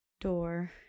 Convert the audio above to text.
door